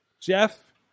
Jeff